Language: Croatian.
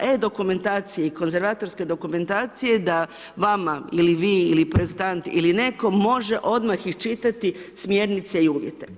e-dokumentacije i konzervatorske dokumentacije je da vama ili vi ili projektant ili netko može odmah iščitati smjernice i uvjete.